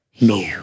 no